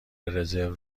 رزرو